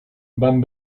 vam